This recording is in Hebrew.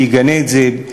שיגנה את זה,